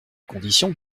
condition